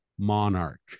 monarch